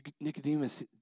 Nicodemus